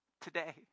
today